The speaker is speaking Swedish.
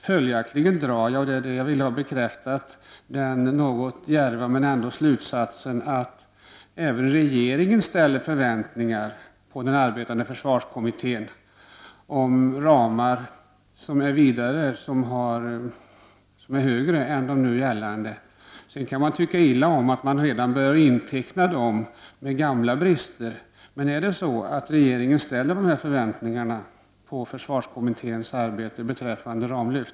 Följaktligen drar jag — det var detta jag ville ha bekräftat — den låt vara något djärva slutsatsen att även regeringen ställer förväntningar på den arbetande försvarskommittén inom ramar som är vidare än nu gällande. Sedan kan man tycka illa om att de redan börjar intecknas med gamla brister. Ställer regeringen dessa förväntningar på försvarskommitténs arbete beträffande ramlyft?